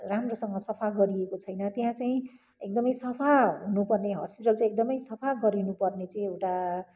राम्रोसँग सफा गरिएको छैन त्यहाँ चाहिँ एकदमै सफा हुनुपर्ने हस्पिटल त एकदमै सफा गरिनुपर्ने चाहिँ एउटा